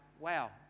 wow